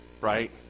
right